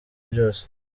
byose